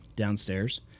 downstairs